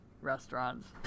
restaurants